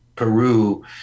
Peru